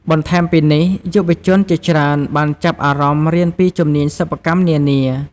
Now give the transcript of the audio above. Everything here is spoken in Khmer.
បន្ថែមពីនេះ យុវជនជាច្រើនបានចាប់អារម្មណ៍រៀនពីជំនាញសិប្បកម្មនានា។